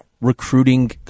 recruiting